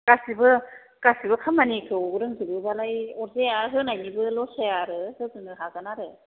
गासिबो गासिबो खामानिखौ रोंजोबो बालाय अरजाया होनायनिबो लस जाया आरो होनो हागोन आरो